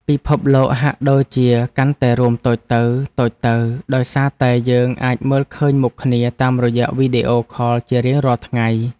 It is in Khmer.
ពិភពលោកហាក់ដូចជាកាន់តែរួមតូចទៅៗដោយសារតែយើងអាចមើលឃើញមុខគ្នាតាមរយៈវីដេអូខលជារៀងរាល់ថ្ងៃ។